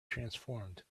transformed